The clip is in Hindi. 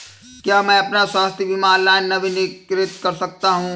क्या मैं अपना स्वास्थ्य बीमा ऑनलाइन नवीनीकृत कर सकता हूँ?